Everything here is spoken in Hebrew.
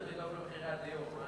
אני צריך לדאוג למחירי הדיור.